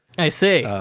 i see.